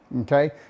Okay